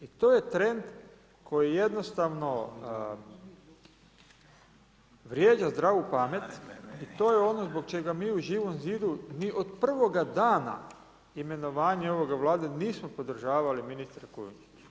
I to je trend koji jednostavno, vrijeđa zdravu pamet i to je ono zbog čega mi u Živom zidu, mi od prvoga dana, imenovanje ovoga vlade, nismo podržavali ministre Kujundžić.